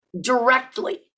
directly